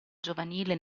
giovanile